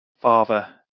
father